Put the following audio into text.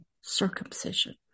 circumcision